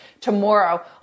tomorrow